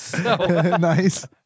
nice